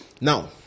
Now